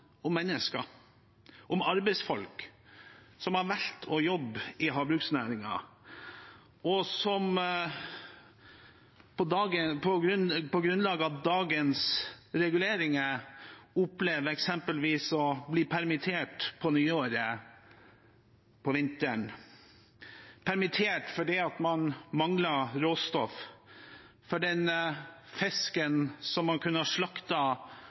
om mennesker, om arbeidsfolk som har valgt å jobbe i havbruksnæringen, og som på grunnlag av dagens reguleringer opplever eksempelvis å bli permittert på nyåret, på vinteren. Man blir permittert fordi man mangler råstoff – for den fisken man kunne ha